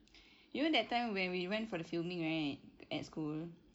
you know that time when we went for the filming right at school